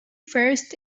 first